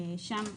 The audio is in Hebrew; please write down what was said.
שם,